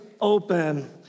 open